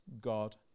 God